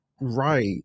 Right